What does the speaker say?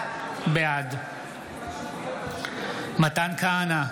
בעד מתן כהנא,